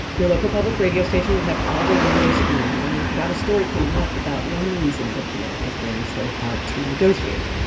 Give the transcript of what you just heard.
your local public radio station will have all the latest news, and we've got a story coming up about one reason the deal has been so hard to negotiate.